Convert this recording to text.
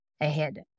ahead